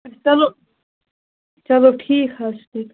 چلو چلو ٹھیٖک حظ چھُ تیٚلہِ